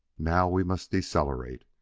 now we must decelerate.